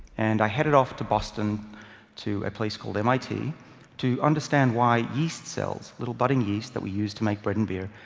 and i headed off to boston to a place called mit to understand why yeast cells, little budding yeast that we use to make bread and beer,